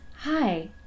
Hi